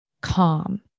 calm